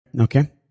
Okay